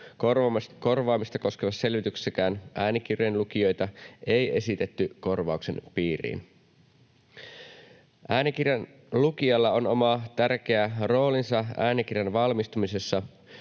korvaamista koskevassa selvityksessäkään äänikirjojen lukijoita ei esitetty korvauksen piiriin. Äänikirjan lukijalla on oma tärkeä roolinsa äänikirjan valmistumisessa,